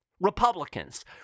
Republicans